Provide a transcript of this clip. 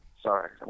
Sorry